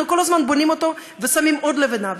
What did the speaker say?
אנחנו כל הזמן בונים אותו ושמים עוד לבנה,